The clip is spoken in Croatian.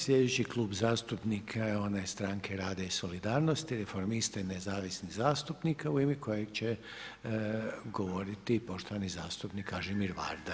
Sljedeći Klub zastupnika je onaj Stranke rada i solidarnosti, reformista i nezavisnih zastupnika u ime koje će govoriti poštovani zastupnik Kažimir Varda.